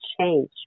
change